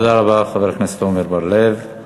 תודה רבה, חבר הכנסת עמר בר-לב.